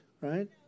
right